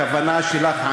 הכוונה שלך,